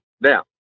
Now